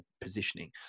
positioning